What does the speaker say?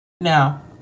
Now